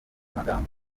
magambo